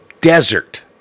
desert